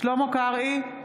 שלמה קרעי,